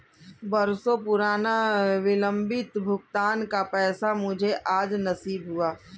बरसों पुराना विलंबित भुगतान का पैसा मुझे आज नसीब हुआ है